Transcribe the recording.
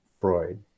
Freud